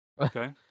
Okay